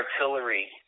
artillery